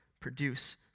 produce